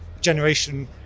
generation